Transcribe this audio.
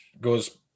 goes